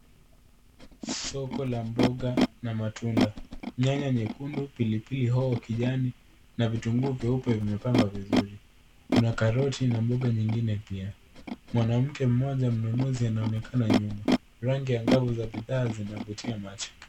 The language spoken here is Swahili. Soko la mboga na matunda. Nyanya nyekundu, pilipili hoho kijani na vitunguu vyeupe vimepangwa vizuri. Kuna karoti na mboga nyingine pia. Mwanamke mmoja mnunuzi anaonekana nyuma. Rangi angavu za bidhaa zinavutia macho.